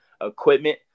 equipment